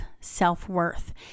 self-worth